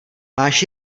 máš